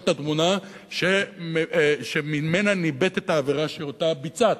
את התמונה שממנה ניבטת העבירה שאותה ביצעת.